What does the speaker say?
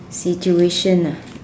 situation ah